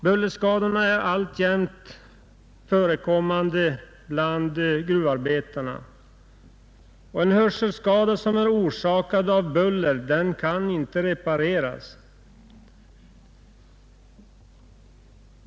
Bullerskadorna är alimänt förekommande bland gruvarbetarna. En hörselskada som är orsakad av buller kan inte repareras.